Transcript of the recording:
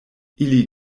ili